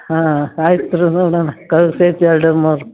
ಹಾಂ ಅಯಿತ್ರ ನೋಡೋಣ ಕಳಿಸಿ ಎರಡು ಮೂರು